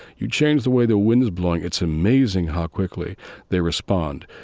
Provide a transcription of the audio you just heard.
you change the way the wind is blowing, it's amazing how quickly they respond.